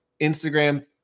Instagram